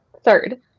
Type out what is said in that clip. Third